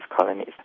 colonies